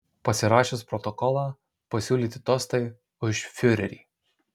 pasirašius protokolą pasiūlyti tostai už fiurerį